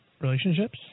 relationships